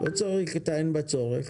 צריך את ה"אין בה צורך".